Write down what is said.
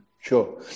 Sure